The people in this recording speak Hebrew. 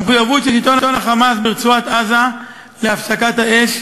המחויבות של שלטון ה"חמאס" ברצועת-עזה להפסקת האש,